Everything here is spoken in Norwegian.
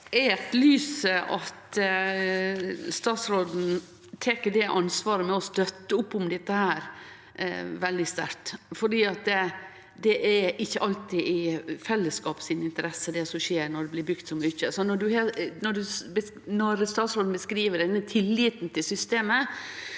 etterlyser at statsråden no tek ansvar og støttar opp om dette veldig sterkt. Det er ikkje alltid i fellesskapet sin interesse, det som skjer når det blir bygd så mykje. Når statsråden beskriv denne tilliten til systemet,